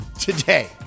today